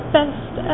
Best